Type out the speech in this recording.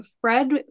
Fred